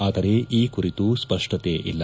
ಆದರೆ ಈ ಕುರಿತು ಸ್ವಷ್ಟಕೆ ಇಲ್ಲ